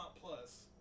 Plus